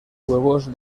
huevos